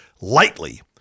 lightly